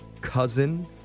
cousin